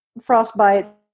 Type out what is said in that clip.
frostbite